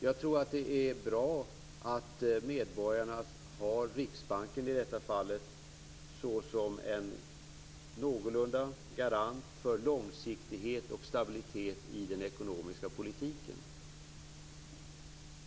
Jag tror att det är bra att medborgarna har Riksbanken såsom en någorlunda garant för långsiktighet och stabilitet i den ekonomiska politiken.